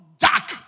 jack